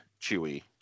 Chewie